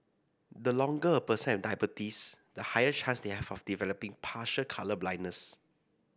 the longer a person has diabetes the higher chance they have of developing partial colour blindness